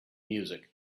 music